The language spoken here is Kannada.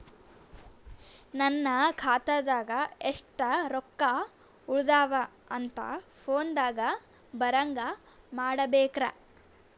ನನ್ನ ಖಾತಾದಾಗ ಎಷ್ಟ ರೊಕ್ಕ ಉಳದಾವ ಅಂತ ಫೋನ ದಾಗ ಬರಂಗ ಮಾಡ ಬೇಕ್ರಾ?